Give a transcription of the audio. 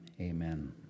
amen